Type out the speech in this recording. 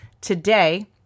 today